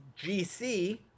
GC